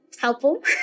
helpful